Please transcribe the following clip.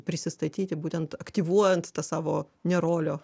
prisistatyti būtent aktyvuojant tą savo nerolio